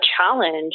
challenge